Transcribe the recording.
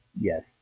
yes